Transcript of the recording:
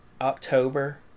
October